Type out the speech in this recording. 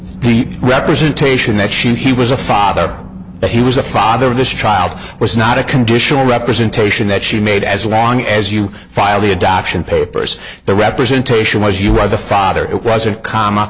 the representation that she he was a father that he was a father of this child was not a conditional representation that she made as long as you file the adoption papers the representation was you right the father it was a comma